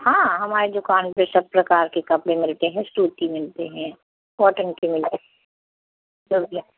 हाँ हमारी दुकान पे सब प्रकार के कपड़े मिलते हैं सूती मिलते हैं कॉटन के मिलते हैं